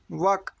وق